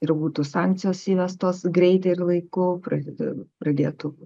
ir būtų sankcijos įvestos greitai ir laiku pradeda pradėtų